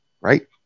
Right